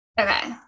okay